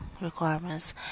requirements